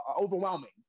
overwhelming